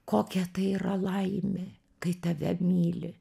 kokia tai yra laimė kai tave myli